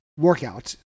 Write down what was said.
workouts